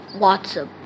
WhatsApp